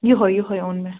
یُہوے یُہوے اوٚن مےٚ